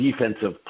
Defensive